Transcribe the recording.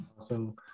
awesome